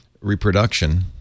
reproduction